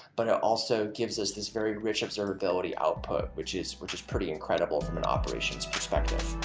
but it also gives us this very rich observability output, which is which is pretty incredible from an operations perspective.